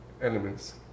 elements